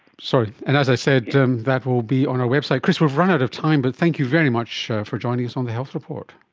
so and as i said, that will be on our website. chris, we've run out of time, but thank you very much for joining us on the health report.